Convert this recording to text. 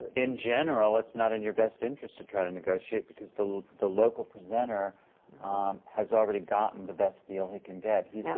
in general, it's not in your best interest to try to negotiate, because the the local presenter has already gotten the best deal he can get. he's the